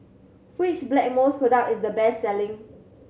which Blackmores product is the best selling